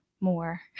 more